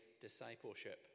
discipleship